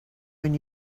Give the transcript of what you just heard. when